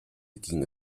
ging